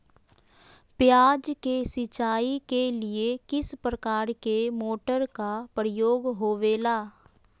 प्याज के सिंचाई के लिए किस प्रकार के मोटर का प्रयोग होवेला?